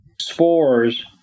spores